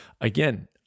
again